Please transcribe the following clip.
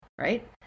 Right